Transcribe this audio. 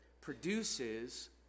produces